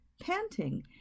panting